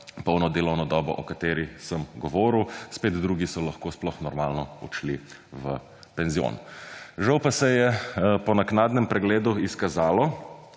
polno delovno dobo o kateri sem govoril, spet drugi so lahko sploh normalno odšli v penzion. Žal pa se je po naknadnem pregledu izkazalo,